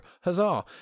Huzzah